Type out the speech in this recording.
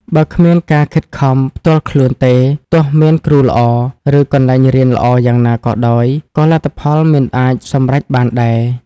បើគ្មានការខិតខំផ្ទាល់ខ្លួនទេ ទោះមានគ្រូល្អ ឬកន្លែងរៀនល្អយ៉ាងណាក៏ដោយ ក៏លទ្ធផលមិនអាចសម្រេចបានដែរ។